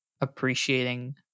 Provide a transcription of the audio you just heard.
appreciating